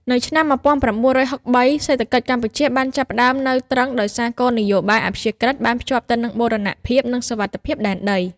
នៅឆ្នាំ១៩៦៣ សេដ្ឋកិច្ចកម្ពុជាបានចាប់ផ្តើមនៅទ្រឹង ដោយសារគោលនយោបាយអព្យាក្រឹត្យបានភ្ជាប់ទៅនឹងបូរណភាព និងសុវត្ថិភាពដែនដី។